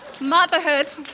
Motherhood